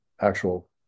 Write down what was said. actual